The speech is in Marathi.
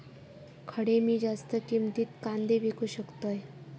खडे मी जास्त किमतीत कांदे विकू शकतय?